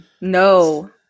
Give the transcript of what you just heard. no